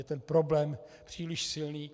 Je ten problém příliš silný.